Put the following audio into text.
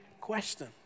question